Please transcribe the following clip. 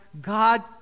god